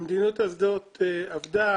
המדיניות הזאת עבדה